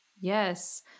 yes